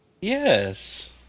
Yes